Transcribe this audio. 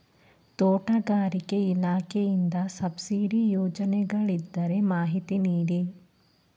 ತೋಟಗಾರಿಕೆ ಇಲಾಖೆಯಿಂದ ಸಬ್ಸಿಡಿ ಯೋಜನೆಗಳಿದ್ದರೆ ಮಾಹಿತಿ ನೀಡಿ?